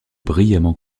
brillamment